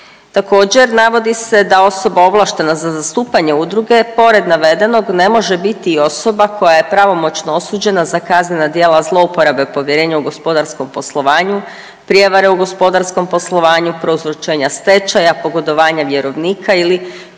Također navodi se da osoba ovlaštena za zastupanje udruge pored navedenog ne može biti i osoba koja je pravomoćno osuđena za kaznena djela zlouporabe povjerenja u gospodarskom poslovanju, prijevare u gospodarskom poslovanju, prouzročenja stečaja, pogodovanja vjerovnika ili